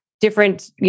different